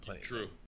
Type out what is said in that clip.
True